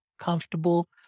Comfortable